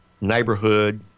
neighborhood